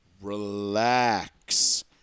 relax